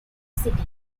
city